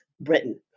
Britain